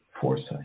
foresight